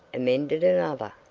amended another.